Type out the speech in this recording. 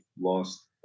lost